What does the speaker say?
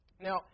Now